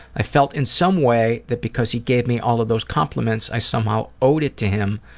i felt in some way that because he gave me all of those compliments i somehow owed it to him,